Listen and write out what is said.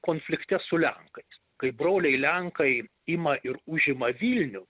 konflikte su lenkais kai broliai lenkai ima ir užima vilnių